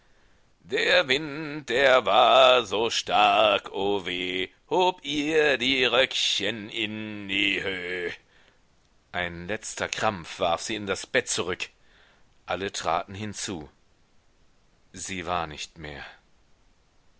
der wind der war so stark o weh hob ihr die röckchen in die höh ein letzter krampf warf sie in das bett zurück alle traten hinzu sie war nicht mehr